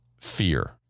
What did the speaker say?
fear